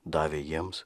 davė jiems